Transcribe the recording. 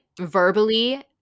verbally